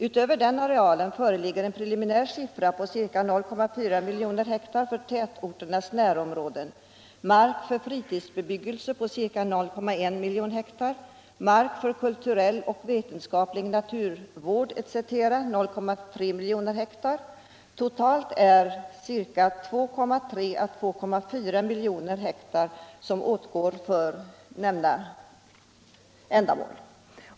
Utöver den arealen föreligger en preliminär siffra på ca 0,4 miljoner hektar för tätorternas närområden, mark för fritidsbebyggelse på ca 0,1 miljoner hektar, mark för kulturell och vetenskaplig naturvård etc. på 0,3 miljoner hektar. Totalt 2,3 äå 2,4 miljoner hektar åtgår för nämnda ändamål.